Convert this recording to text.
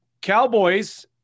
Cowboys